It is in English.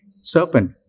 serpent